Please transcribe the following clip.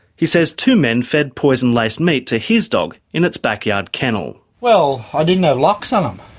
he says two men fed poison-laced meat to his dog in its backyard kennel. well, i didn't have locks on them,